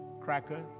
cracker